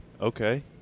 Okay